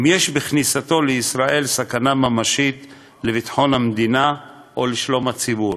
אם יש בכניסתו לישראל סכנה ממשית לביטחון המדינה או לשלום הציבור.